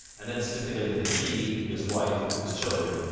and then stipulated that he, his wife, his children,